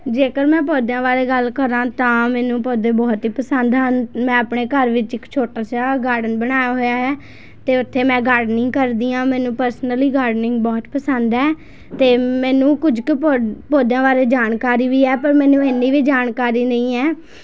ਜੇਕਰ ਮੈਂ ਪੌਦਿਆਂ ਬਾਰੇ ਗੱਲ ਕਰਾਂ ਤਾਂ ਮੈਨੂੰ ਪੌਦੇ ਬਹੁਤ ਹੀ ਪਸੰਦ ਹਨ ਮੈਂ ਆਪਣੇ ਘਰ ਵਿੱਚ ਇੱਕ ਛੋਟਾ ਜਿਹਾ ਗਾਰਡਨ ਬਣਾਇਆ ਹੋਇਆ ਹੈ ਅਤੇ ਉੱਥੇ ਮੈਂ ਗਾਰਡਨਿੰਗ ਕਰਦੀ ਹਾਂ ਮੈਨੂੰ ਪਰਸਨਲੀ ਗਾਰਡਨਿੰਗ ਬਹੁਤ ਪਸੰਦ ਹੈ ਅਤੇ ਮੈਨੂੰ ਕੁਝ ਕੁ ਪੌਦਿਆਂ ਬਾਰੇ ਜਾਣਕਾਰੀ ਵੀ ਹੈ ਪਰ ਮੈਨੂੰ ਇੰਨੀ ਵੀ ਜਾਣਕਾਰੀ ਨਹੀਂ ਹੈ